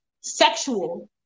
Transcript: sexual